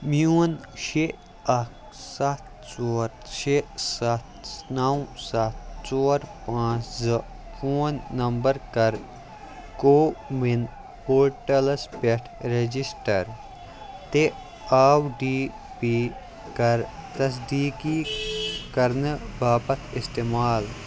میون شےٚ اَکھ سَتھ ژور شےٚ سَتھ نَو سَتھ ژور پانٛژھ زٕ فون نَمبَر کَر کووِن پورٹَلَس پٮ۪ٹھ رٮ۪جِسٹَر تہِ آو ڈی پی کَر تَصدیٖقی کَرنہٕ باپَتھ اِستعمال